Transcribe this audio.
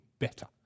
better